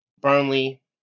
Burnley